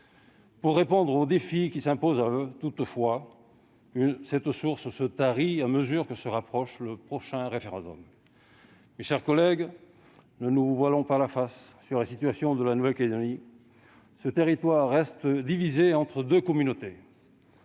pour répondre aux défis qui s'imposent à eux. Toutefois, cette source se tarit à mesure que se rapproche le prochain référendum. Mes chers collègues, ne nous voilons pas la face sur la situation de la Nouvelle-Calédonie ! Ce territoire reste divisé entre deux communautés.